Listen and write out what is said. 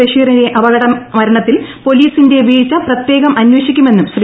ബഷീറിന്റെ അപകടമരണത്തിൽ പോലീസിന്റെ വീഴ്ച പ്രത്യേകം അന്വേഷിക്കുമെന്നും ശ്രീ